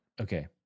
Okay